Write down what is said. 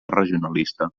regionalista